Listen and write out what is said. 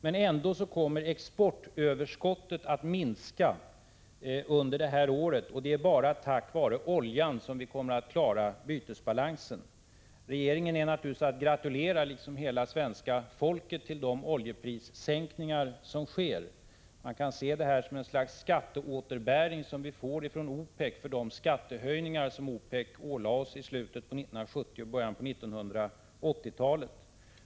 Men exportöverskottet kommer ändå att minska under året. Det är bara tack vare oljan som vi kommer att klara bytesbalansen. Regeringen, liksom hela svenska folket, är naturligtvis att gratulera till de oljeprissänkningar som sker — man kan se det som ett slags skatteåterbäring som vi får ifrån OPEC för de skattehöjningar som OPEC ålade oss i slutet av 1970 och början av 1980-talen.